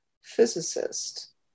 physicist